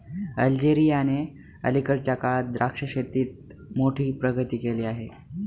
अल्जेरियाने अलीकडच्या काळात द्राक्ष शेतीत मोठी प्रगती केली आहे